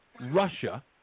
Russia